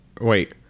Wait